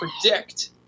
predict